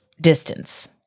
distance